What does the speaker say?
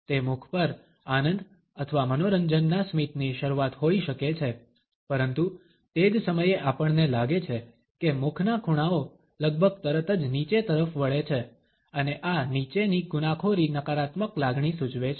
તે મુખ પર આનંદ અથવા મનોરંજનના સ્મિતની શરૂઆત હોઈ શકે છે પરંતુ તે જ સમયે આપણને લાગે છે કે મુખના ખૂણાઓ લગભગ તરત જ નીચે તરફ વળે છે અને આ નીચેની ગુનાખોરી નકારાત્મક લાગણી સૂચવે છે